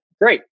great